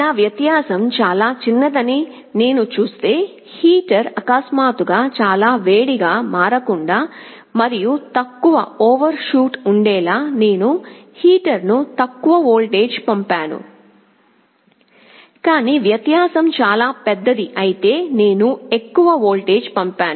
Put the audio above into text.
నా వ్యత్యాసం చాలా చిన్నదని నేను చూస్తే హీటర్ అకస్మాత్తుగా చాలా వేడిగా మారకుండా మరియు తక్కువ ఓవర్షూట్ ఉండేలా నేను హీటర్కు తక్కువ వోల్టేజ్ పంపాను కాని వ్యత్యాసం చాలా పెద్దది అయితే నేను ఎక్కువ వోల్టేజ్ పంపాను